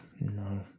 no